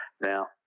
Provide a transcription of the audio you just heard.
Now